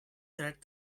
third